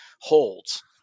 holds